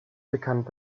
bekannt